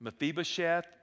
Mephibosheth